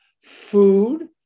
Food